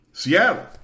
Seattle